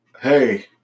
hey